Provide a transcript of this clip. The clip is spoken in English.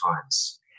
times